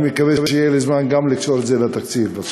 אני מקווה שיהיה לי זמן גם לקשור את זה לתקציב בסוף.